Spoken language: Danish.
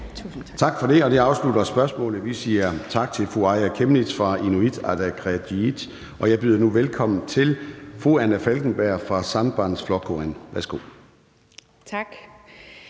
Tak for det. Det afslutter spørgsmålet. Vi siger tak til fru Aaja Chemnitz fra Inuit Ataqatigiit. Jeg byder nu velkommen til fru Anna Falkenberg fra Sambandsflokkurin. Værsgo. Kl.